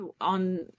on